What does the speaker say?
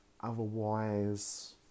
Otherwise